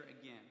again